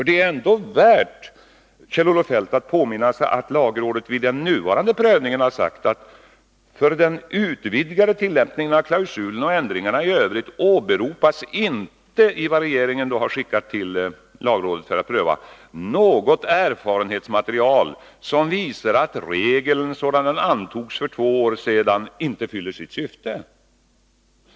Det kan ändå vara värt, Kjell-Olof Feldt, att påminna om att lagrådet i sin prövning av lagstiftningen har sagt, att det för den utvidgade tillämpningen av klausulen och ändringarna i övrigt åberopas inte något erfarenhetsmaterial som visar att regeln sådan den antogs för två år sedan inte fyller sitt syfte.